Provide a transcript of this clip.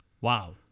Wow